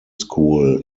school